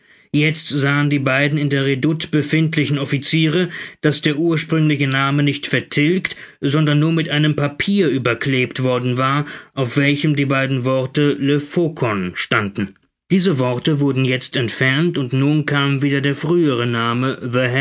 jetzt sahen die beiden in der redoute befindlichen offiziere daß der ursprüngliche name nicht vertilgt sondern nur mit einem papier überklebt worden war auf welchem die beiden worte le faucon standen diese worte wurden jetzt entfernt und nun kam wieder der frühere name